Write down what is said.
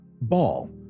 Ball